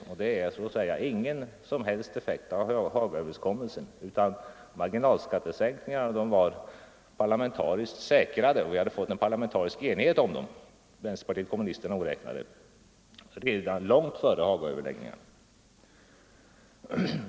Marginalskattesänkningen är alltså på intet sätt en effekt av Hagaöverenskommelsen, utan den var parlamentariskt säkrad genom enighet bland alla partier utom vänsterpartiet kommunisterna redan långt före Hagaöverläggningarna.